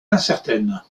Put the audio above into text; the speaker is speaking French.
incertaine